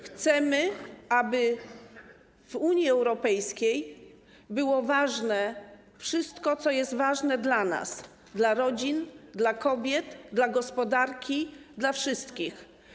Chcemy, aby w Unii Europejskiej było ważne wszystko, co jest ważne dla nas, dla rodzin, dla kobiet, dla gospodarki, dla wszystkich.